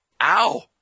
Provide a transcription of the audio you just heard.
Ow